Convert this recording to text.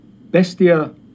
Bestia